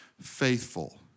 faithful